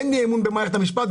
אין לי אמון במערכת המשפט,